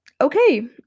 okay